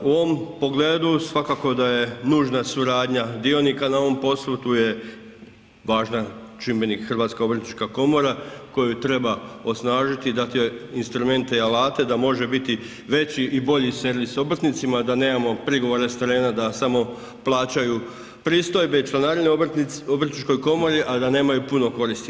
U ovom pogledu svakako da je nužna suradnja dionika na ovom poslu, tu je važan čimbenik HOK koja treba osnažiti i dati joj instrumente i alate da može biti veći i bolji servis obrtnicima, da nemamo prigovore s terena da samo plaćaju pristojbe i članarine Obrtničkoj komori, a da nemaju puno koristi.